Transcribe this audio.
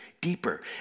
deeper